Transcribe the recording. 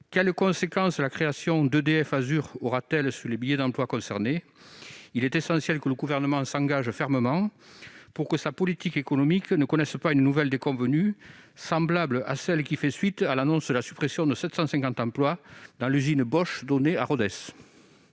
Quelles conséquences la création d'EDF Azur aura-t-elle sur les milliers d'emplois concernés ? Il est essentiel que le Gouvernement s'engage fermement pour que sa politique économique ne connaisse pas une nouvelle déconvenue, semblable à celle qui fait suite à l'annonce de la suppression de 750 emplois dans l'usine Bosch d'Onet-le-Château,